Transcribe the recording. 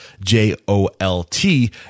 J-O-L-T